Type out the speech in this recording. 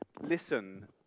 listen